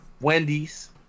Wendy's